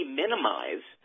minimize